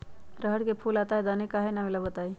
रहर मे फूल आता हैं दने काहे न आबेले बताई?